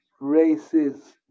Racist